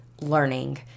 learning